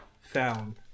found